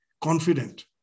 confident